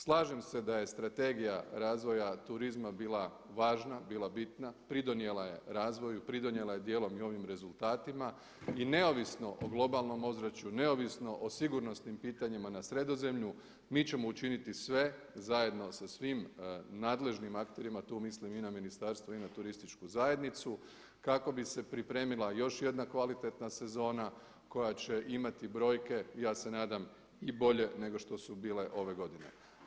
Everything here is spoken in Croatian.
Slažem se da je Strategija razvoja turizma bila važna, bila bitna, pridonijela je razvoju, pridonijela je dijelom i ovim rezultatima i neovisno o globalnom ozračuju, neovisno o sigurnosnim pitanjima na Sredozemlju, mi ćemo učiniti sve zajedno sa svim nadležnim akterima, tu mislim i na ministarstvo i na turističku zajednicu kako bi se pripremila još jedna kvalitetna sezona koja će imati brojke, ja se nadam i bolje nego što su bile ove godine.